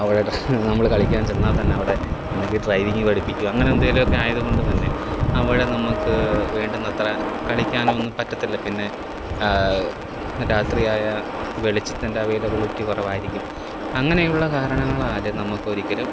അവരുടെ നമ്മൾ കളിയ്ക്കാൻ ചെന്നാൽ തന്നെ അവിടെ ഒന്നെങ്കിൽ ഡ്രൈവിംഗ് പഠിപ്പിക്കുക അങ്ങനെ എന്തേലുമൊക്കെ ആയതു കൊണ്ടുതന്നെ അവിടെ നമുക്ക് വേണ്ടുന്ന അത്ര കളിക്കാനോ ഒന്നും പറ്റത്തില്ല പിന്നെ രാത്രിയായാൽ വെളിച്ചത്തിൻ്റെ അവൈലബിളിറ്റി കുറവായിരിക്കും അങ്ങനെയുള്ള കാരണങ്ങളാൽ നമുക്ക് ഒരിക്കലും